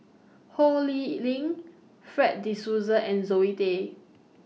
Ho Lee Ling Fred De Souza and Zoe Tay